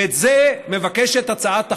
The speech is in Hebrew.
ואת זה מבקשת הצעת החוק,